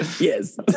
Yes